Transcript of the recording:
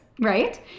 right